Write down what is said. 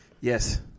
Yes